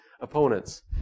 opponents